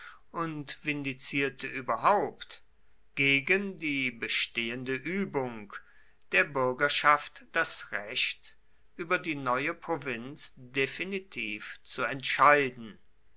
und vindizierte überhaupt gegen die bestehende übung der bürgerschaft das recht über die neue provinz definitiv zu entscheiden